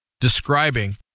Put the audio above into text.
describing